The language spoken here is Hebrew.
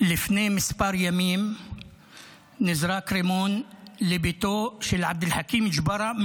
לפני כמה ימים נזרק רימון לביתו של עבד אל-חכים ג'בארה,